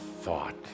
thought